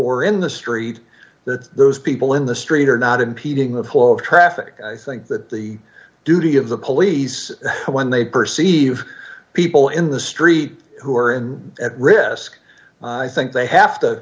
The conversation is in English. were in the street that those people in the street are not impeding the flow of traffic i think that the duty of the police when they perceive people in the street who are in at risk i think they have to